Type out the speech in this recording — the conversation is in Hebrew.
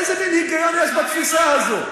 איזה מין היגיון יש בתפיסה הזאת?